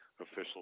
official